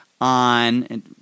on